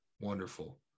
wonderful